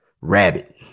Rabbit